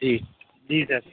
جی جی سر